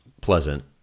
pleasant